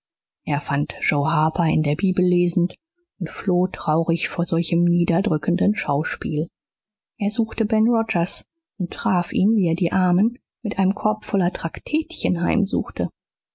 er fand joe harper in der bibel lesend und floh traurig vor solchem niederdrückenden schauspiel er suchte ben rogers und traf ihn wie er die armen mit einem korb voll